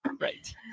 right